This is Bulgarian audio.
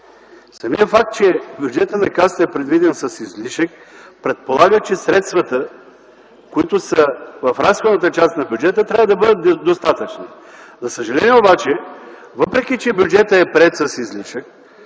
Самият факт, че бюджетът на Касата е предвиден с излишък, предполага, че средствата в разходната част на бюджета трябва да са достатъчни. За съжаление обаче, въпреки че бюджетът е приет с излишък,